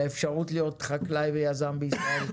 האפשרות להיות חקלאי ויזם בישראל,